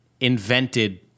invented